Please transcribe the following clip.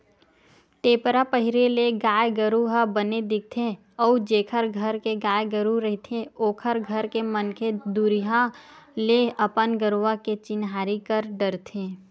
टेपरा पहिरे ले गाय गरु ह बने दिखथे अउ जेखर घर के गाय गरु रहिथे ओखर घर के मनखे दुरिहा ले अपन गरुवा के चिन्हारी कर डरथे